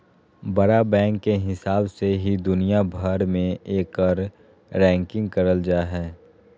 बड़ा बैंक के हिसाब से ही दुनिया भर मे एकर रैंकिंग करल जा हय